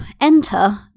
enter